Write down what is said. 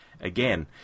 again